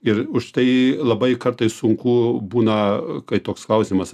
ir už tai labai kartais sunku būna kai toks klausimas